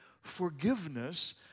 forgiveness